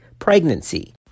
pregnancy